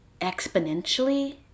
exponentially